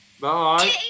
Bye